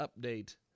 update